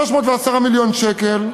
310 מיליון ש"ח,